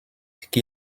qui